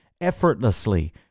effortlessly